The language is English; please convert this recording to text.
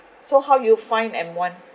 so how you find M one